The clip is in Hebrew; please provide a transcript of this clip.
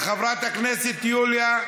חברת הכנסת יוליה?